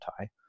tie